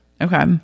Okay